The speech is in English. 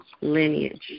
lineage